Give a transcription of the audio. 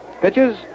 Pitches